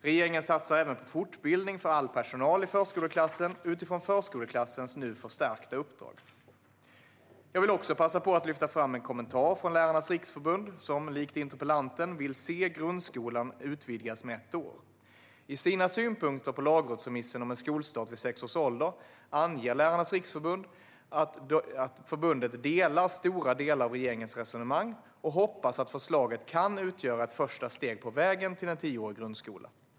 Regeringen satsar även på fortbildning för all personal i förskoleklassen utifrån förskoleklassens nu förstärkta uppdrag. Jag vill också passa på att lyfta fram en kommentar från Lärarnas Riksförbund, som likt interpellanten vill se grundskolan utvidgas med ett år. I sina synpunkter på lagrådsremissen om en skolstart vid sex års ålder anger Lärarnas Riksförbund att förbundet delar stora delar av regeringens resonemang och hoppas att förslaget kan utgöra ett första steg på vägen till en tioårig grundskola.